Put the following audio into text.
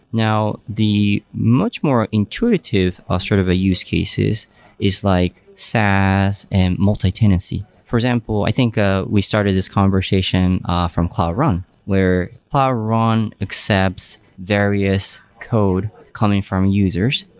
now, the much more intuitive ah sort of a use cases is like saas and multi-tenancy. for example, i think ah we started this conversation ah from cloud run, where cloud run accepts various code coming from users,